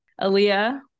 Aaliyah